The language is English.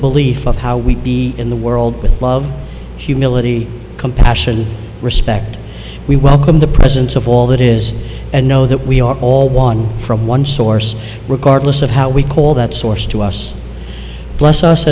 belief of how we in the world with love humility compassion respect we welcome the presence of all that is and know that we are all one from one source regardless of how we call that source to us bless us